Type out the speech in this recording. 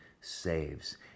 saves